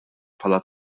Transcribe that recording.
bħala